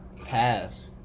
pass